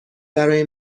برای